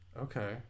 Okay